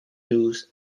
news